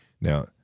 Now